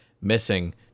missing